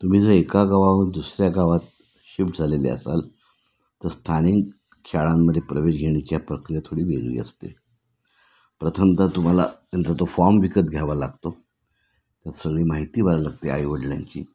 तुम्ही जर एका गावावरून दुसऱ्या गावात शिफ्ट झालेले असाल तर स्थानिक शाळांमध्ये प्रवेश घेण्याच्या प्रक्रिया थोडी वेगळी असते प्रथमतः तुम्हाला त्यांचा तो फॉर्म विकत घ्यावा लागतो तर सगळी माहिती भरावी लागते आई वडिलांची